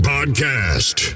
Podcast